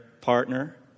partner